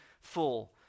full